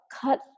cut